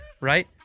right